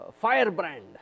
firebrand